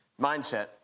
mindset